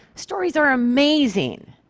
stories are amazing.